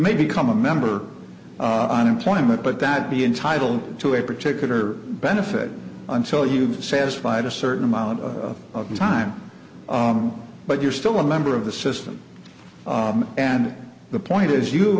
may become a member on employment but that be entitled to a particular benefit until you've satisfied a certain amount of time but you're still a member of the system and the point is you